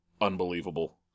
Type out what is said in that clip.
unbelievable